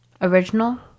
original